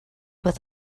with